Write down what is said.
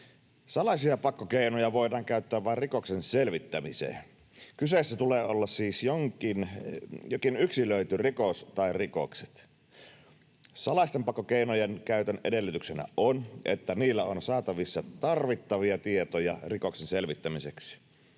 Salaisia pakkokeinoja voidaan käyttää vain rikoksen selvittämiseen. Kyseessä tulee olla siis jokin yksilöity rikos tai rikokset. Salaisten pakkokeinojen käytön edellytyksenä on, että niillä on saatavissa tarvittavia tietoja rikoksen selvittämiseksi.